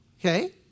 Okay